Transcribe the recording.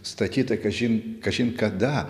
statyta kažin kažin kada